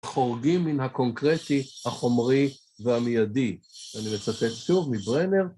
חורגים מן הקונקרטי, החומרי והמיידי, ואני מצטט שוב מברנר